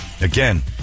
again